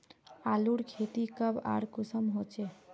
आलूर खेती कब आर कुंसम होचे?